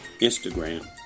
Instagram